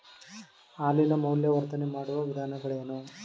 ಹಾಲಿನ ಮೌಲ್ಯವರ್ಧನೆ ಮಾಡುವ ವಿಧಾನಗಳೇನು?